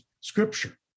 scripture